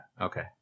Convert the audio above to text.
Okay